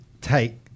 take